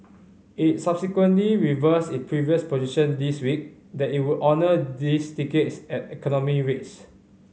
it subsequently reversed its previous position this week that it would honour these tickets at economy rates